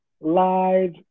live